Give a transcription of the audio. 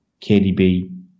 KDB